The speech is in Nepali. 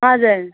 हजुर